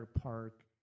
Park